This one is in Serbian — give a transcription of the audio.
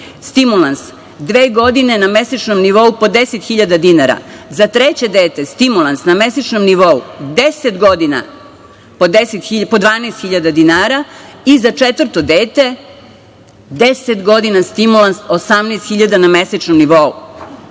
stimulans dve godine na mesečnom nivou po 10.000 dinara. Za treće dete stimulans na mesečnom nivou 10 godina po 12.000 dinara i za četvrto dete 10 godina stimulans 18.000 na mesečnom